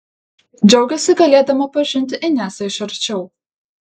džiaugėsi galėdama pažinti inesą iš arčiau